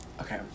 okay